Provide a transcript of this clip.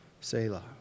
Selah